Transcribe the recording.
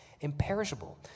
Imperishable